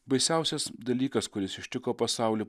baisiausias dalykas kuris ištiko pasaulį